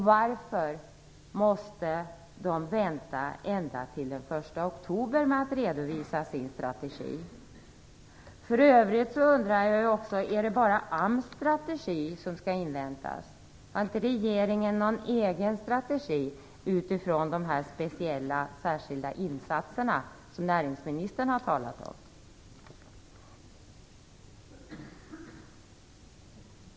Varför måste man vänta ända till den 1 oktober med att redovisa sin strategi? För övrigt undrar jag också: Är det bara AMS strategi som skall inväntas? Har inte regeringen någon egen strategi utifrån dessa speciella särskilda insatser som näringsministern har talat om?